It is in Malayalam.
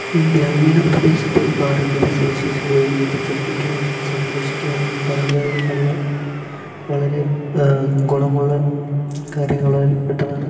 ഈ ഗ്രാമീണ പ്രദേശത്തെ പാരമ്പര്യ സവിശേഷതകളെ പ്രചരിപ്പിക്കുവാനും സംരക്ഷിക്കുവാനും പരമ്പരാഗത കളികൾ വളരെ ഗുണമുള്ള കാര്യങ്ങളിൽ പെട്ടതാണ്